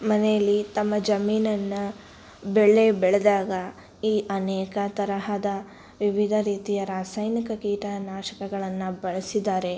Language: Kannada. ಮನೆಯಲ್ಲಿ ತಮ್ಮ ಜಮೀನನ್ನು ಬೆಳೆ ಬೆಳೆದಾಗ ಈ ಅನೇಕ ತರಹದ ವಿವಿಧ ರೀತಿಯ ರಾಸಾಯನಿಕ ಕೀಟನಾಶಕಗಳನ್ನು ಬಳ್ಸಿದ್ದಾರೆ